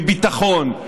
מביטחון,